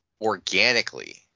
organically